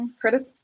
Credits